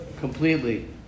completely